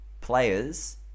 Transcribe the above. players